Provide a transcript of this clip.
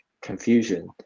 confusion